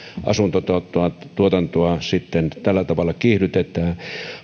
asuntotuotantoa sitten tällä tavalla kiihdytetään